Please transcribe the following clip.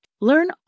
Learn